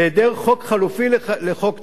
בהיעדר חוק חלופי לחוק טל,